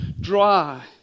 dry